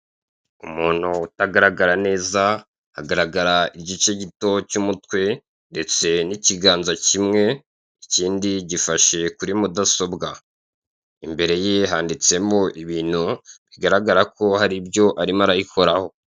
Umuntu utagaragara neza, agaragara igice gito cy'umutwe ndetse n'ikiganza kimwe, ikindi gifashe kuri mudasobwa. Imbere ye handitsemo ibintu, bigaragara ko hari icyo arimo arayikoraho.